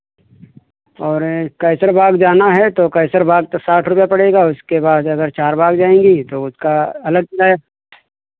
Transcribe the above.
और कैसर बाग़ जाना है तो कैसर बाग़ तो साठ रुपैया पड़ेगा उसके बाद अगर चार बाग़ जाएंगी तो उसका अलग किराया